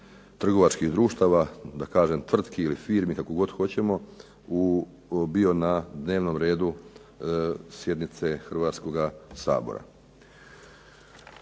trgovačkih društava, da kažem tvrtki ili firmi, kako god hoćemo, bio na dnevnom redu sjednice Hrvatskoga sabora.